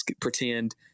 pretend